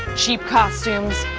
cheap costumes,